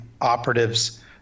operatives